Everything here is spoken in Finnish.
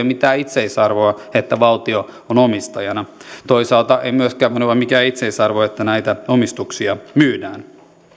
mitään itseisarvoa että valtio on omistajana toisaalta ei myöskään voi olla mikään itseisarvo että näitä omistuksia myydään